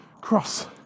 Cross